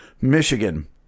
Michigan